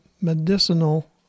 medicinal